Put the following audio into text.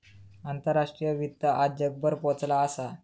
आंतराष्ट्रीय वित्त आज जगभर पोचला असा